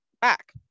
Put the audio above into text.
back